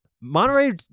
Monterey